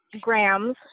Grams